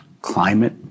climate